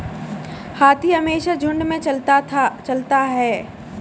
हाथी हमेशा झुंड में चलता है